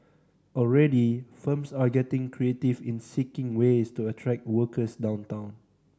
already firms are getting creative in seeking ways to attract workers downtown